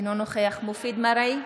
אינו נוכח מופיד מרעי,